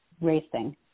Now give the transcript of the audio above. racing